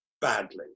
badly